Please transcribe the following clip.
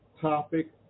topic